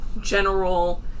general